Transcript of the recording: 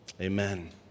Amen